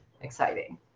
exciting